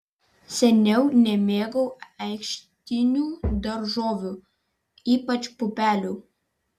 seniau nemėgau ankštinių daržovių ypač pupelių